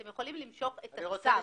אתם יכולים למשוך את הצו.